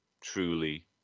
truly